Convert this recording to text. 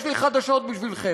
יש לי חדשות בשבילכם,